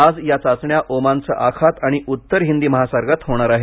आज या चाचण्या ओमानचं आखात आणि उत्तर हिंदी महासागरात होणार आहेत